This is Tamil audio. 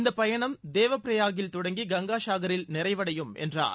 இந்தப் பயணம் தேவ பிரயாக்கில் தொடங்கி கங்கா சாகரில் நிறைவடையும் என்றார்